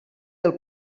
del